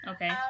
Okay